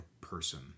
person